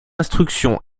instruction